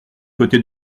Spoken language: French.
côté